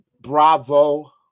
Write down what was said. bravo